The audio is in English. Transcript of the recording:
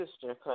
sister